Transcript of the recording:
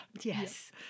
Yes